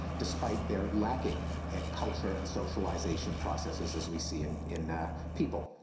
despite their lacking culture and socialization processes, as we see and in ah people.